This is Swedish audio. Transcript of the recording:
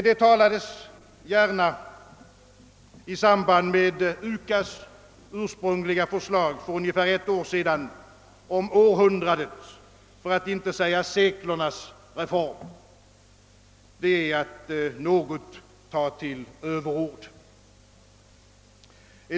Det talades gärna i samband med det ursprungliga UKAS-förslaget för ungefär ett år sedan om århundradets, för att inte säga seklernas reform. Det är att ta till överord.